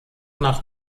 nach